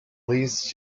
leads